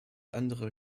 andere